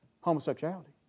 homosexuality